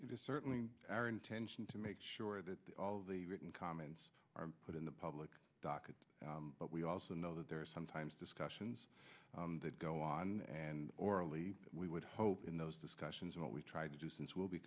is certainly our intention to make sure that all of the written comments are put in the public docket but we also know that there are sometimes discussions that go on and orally we would hope in those discussions and what we've tried to do since will be